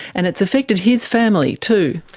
and it's affected his family too.